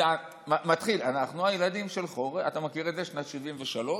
זה מתחיל "אנחנו הילדים של חורף שנת 73'",